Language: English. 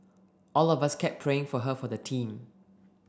all of us kept praying for her for the team